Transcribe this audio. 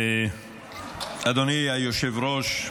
אדוני היושב-ראש,